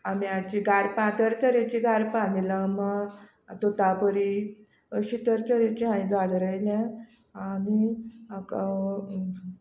आंब्याचीं गारफां तरेतरेचीं गारफां निलम तोतापुरी अशीं तरेतरेचीं हायें झाडां रोयल्या आनी म्हाका